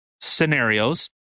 scenarios